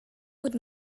would